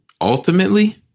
Ultimately